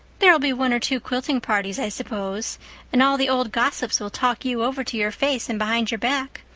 there'll be one or two quilting parties, i suppose and all the old gossips will talk you over to your face and behind your back.